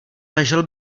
ležel